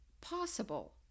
possible